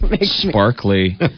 sparkly